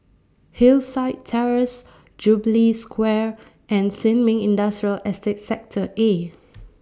Hillside Terrace Jubilee Square and Sin Ming Industrial Estate Sector A